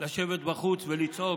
לשבת בחוץ ולצעוק.